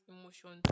emotions